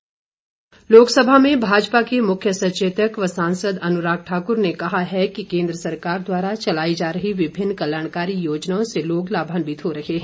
अनुराग लोकसभा में भाजपा के मुख्य सचेतक व सांसद अनुराग ठाकुर ने कहा है कि केंद्र सरकार द्वारा चलाई जा रही विभिन्न कल्याणकारी योजनाओं से लोग लाभान्वित हो रहे हैं